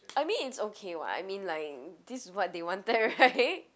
I mean it's okay [what] I mean like this is what they wanted right